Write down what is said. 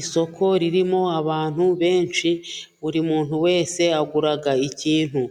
Isoko ririmo abantu benshi . Buri muntu wese agura ikintu